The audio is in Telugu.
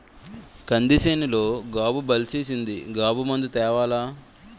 కంది సేనులో గాబు బలిసీసింది గాబు మందు తేవాల